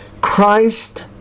Christ